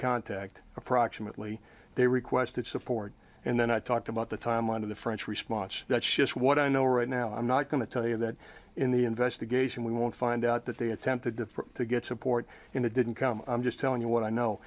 contact approximately they requested support and then i talked about the timeline of the french response that's just what i know right now i'm not going to tell you that in the investigation we won't find out that they attempted to get support and it didn't come i'm just telling you what i know